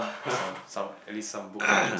some some at least some books lah